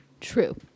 True